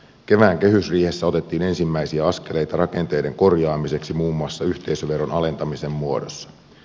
kevään kehysriihessä otettiin ensimmäisiä askeleita rakenteiden korjaamiseksi muun muassa yhteisöveron alentamisen muodossa